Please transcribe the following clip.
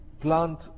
plant